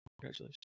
Congratulations